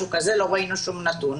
לא ראינו כל נתונים.